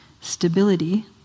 stability